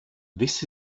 this